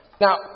Now